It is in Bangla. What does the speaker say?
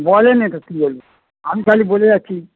বলেন নি তো কি বলছেন আমি খালি বলে যাচ্ছি